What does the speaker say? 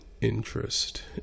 interest